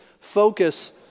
Focus